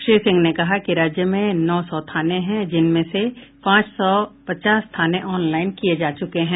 श्री सिंह ने कहा कि राज्य में नौ सौ थानें है जिनमें से पांच सौ पचास थाने ऑनलाईन किये जा चुके हैं